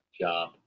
job